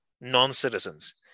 non-citizens